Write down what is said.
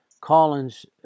Collins